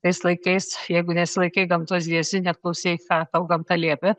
tais laikais jeigu nesilaikei gamtos dėsnių neklausei ką tau gamta liepė